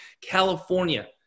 California